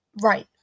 right